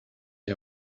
you